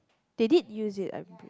they did use it I b~